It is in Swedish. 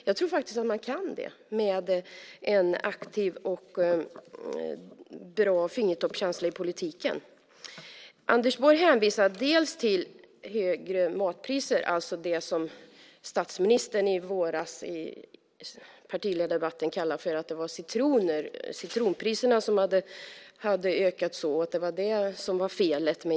Jag tror faktiskt att man kan det med en aktiv och bra fingertoppskänsla i politiken. Anders Borg hänvisar till högre matpriser - det som statsministern i partiledardebatten i våras kallade för citroner, alltså att citronpriserna hade ökat, och att det var det som var felet.